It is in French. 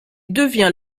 devient